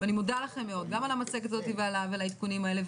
ואני מודה לכם מאוד גם על המצגת הזאת ועל העדכונים האלה.